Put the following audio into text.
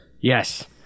Yes